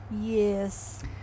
Yes